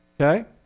Okay